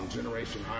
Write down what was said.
Generation